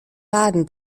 baden